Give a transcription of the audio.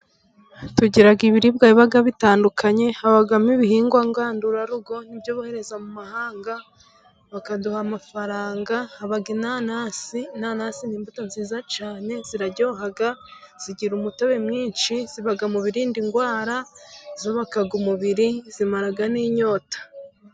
Tugira ibiribwa biba bitandukanye， habamo ibihingwa ngandurarugo，n’ibyo bohereza mu mahanga bakaduha amafaranga. Haba inanasi，inanas ni imbuto nziza cyane， ziraryoha， zigira umutobe mwinshi，ziba mu birinda indwara， zubaka umubiri，zimara n'inyota.